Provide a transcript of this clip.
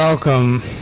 Welcome